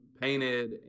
painted